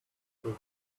shoot